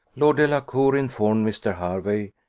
lord delacour informed mr. hervey,